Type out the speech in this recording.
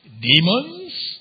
demons